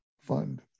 fund